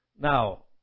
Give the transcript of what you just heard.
Now